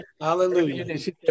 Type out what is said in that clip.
Hallelujah